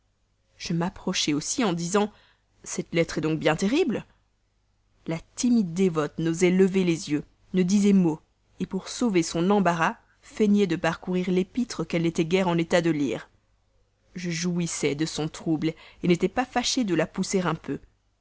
je m'approchai aussi en disant cette lettre est donc bien terrible la timide dévote n'osait lever les yeux ne disait mot pour sauver son embarras feignait de parcourir l'épître qu'elle n'était guère en état de lire je jouissais de son trouble n'étant pas fâché de la pousser un peu